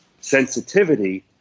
sensitivity